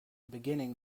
beginning